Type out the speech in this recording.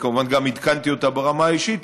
אני כמובן גם עדכנתי אותה ברמה האישית,